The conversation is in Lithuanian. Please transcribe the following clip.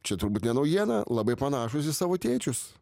čia turbūt ne naujiena labai panašūs į savo tėčius